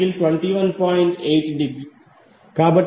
కాబట్టి IaVanZY110∠0°16